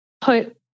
put